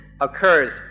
occurs